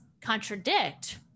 contradict